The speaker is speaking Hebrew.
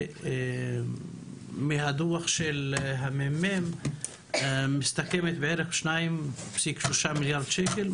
שמהדו"ח של המ"מ מסתכמת ב-2.3 מיליארד שקלים.